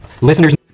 Listeners